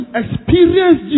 experience